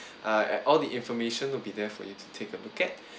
uh and all the information will be there for you to take a look at